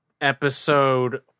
Episode